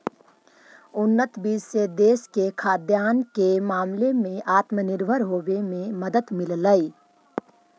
उन्नत बीज से देश के खाद्यान्न के मामले में आत्मनिर्भर होवे में मदद मिललई